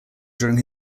during